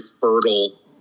fertile